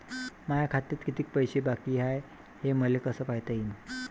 माया खात्यात कितीक पैसे बाकी हाय हे मले कस पायता येईन?